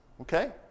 okay